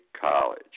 College